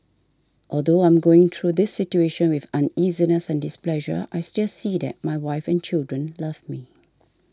although I'm going through this situation with uneasiness and displeasure I still see that my wife and children love me